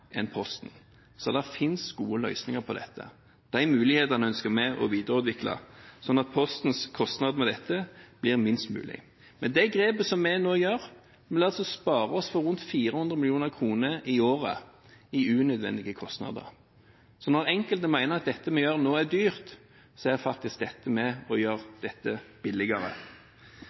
så det finnes gode løsninger på dette. De mulighetene ønsker vi å videreutvikle slik at Postens kostnader med dette blir minst mulig. De grepene vi nå tar, vil altså spare oss for rundt 400 mill. kr i året i unødvendige kostnader. Når enkelte mener at det en nå gjør, er dyrt, er faktisk dette med på å gjøre